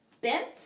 bent